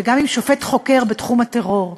וגם עם שופט חוקר בתחום הטרור.